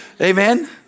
Amen